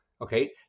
Okay